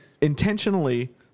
intentionally